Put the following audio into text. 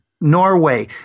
Norway